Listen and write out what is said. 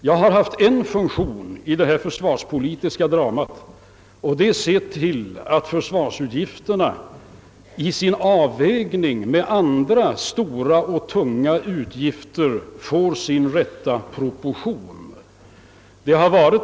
Jag har haft en funktion i detta försvarspolitiska drama, nämligen att se till att försvarsutgifterna i avvägning mot andra stora och tunga utgifter får sin rätta proportion.